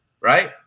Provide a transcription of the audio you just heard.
right